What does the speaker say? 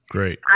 Great